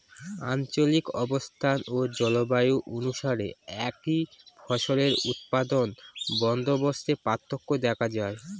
আঞ্চলিক অবস্থান ও জলবায়ু অনুসারে একই ফসলের উৎপাদন বন্দোবস্তে পার্থক্য দেখা যায়